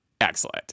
excellent